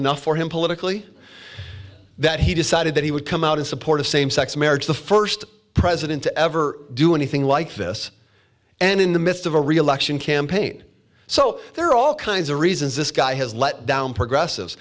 enough for him politically that he decided that he would come out in support of same sex marriage the first president to ever do anything like this and in the midst of a reelection campaign so there are all kinds of reasons this guy has let down progressive